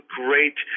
great